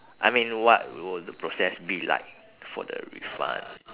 I mean what will the process be like for the refund